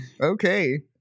Okay